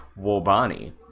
wobani